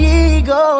ego